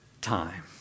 Time